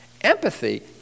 empathy